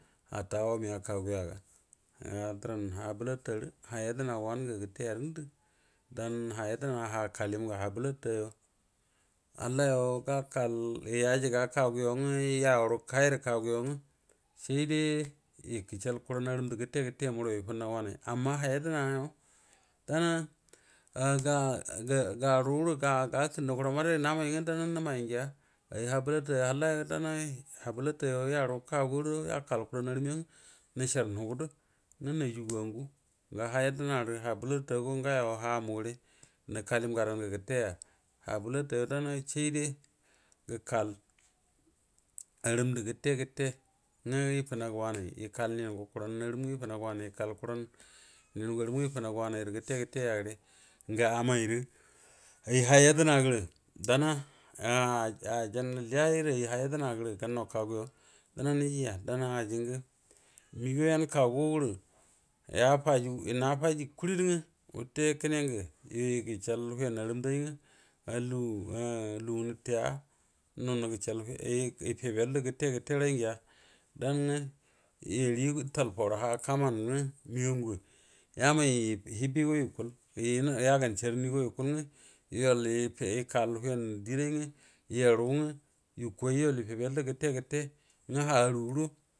Ata ai amiya kegayoga ga dəran ha bəlutarə ha yadəna wanungu gəttogarə ngurdu ha yedəna ha kailimga ha bəlata hallayo gakal yajiga kaguyo nga yaru ko cirə koguyo nga saide igashal kuran arum ndə gəte gəte muro yu ya faudagə wanai amma ha yadəna dana garudə gakənəgu mbədaidu namai nga dana numar ngiya ai ha bəlata halla dana ha blata yan, kagudu gakal kuran arum ngjanga nəshar nugudə nga najuguwa ngu ga ha yodənaru ha blata go ngayo ha mure num kailum ngadan ngə gəteya habəlata dana sai de gə kal arum ndə gəte gəte nga itungu wanai ikal ningo kunau amm nga aram nga ifunagu wanai ra gəte gəte yare ngə amai ru ayi ha gedəna da dana ajan le rə ayi ha gedəna ajingə migo yan kaguru yafaju nafaji kurid nga wutə kəne ngə yu igashal wiyan harum da nga ai lugu nol naga chal ife beluru gəfe nga ital borə ha kaman nga migan nga yamau hibigo yukul yagan sharnigo yukul nga yol huyan dirai nga yaru aga yaka yol ife beluru gətefa nga ha aru do.